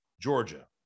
Georgia